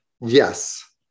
Yes